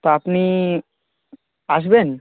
তা আপনি আসবেন